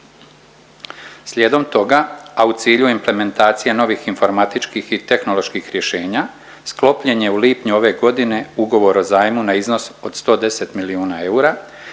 Slijedom toga, a u cilju implementacije novih informatičkih i tehnoloških rješenja sklopljen je u lipnju ove godine Ugovor o zajmu na iznos od 110 milijuna eura